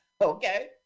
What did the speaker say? Okay